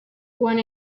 one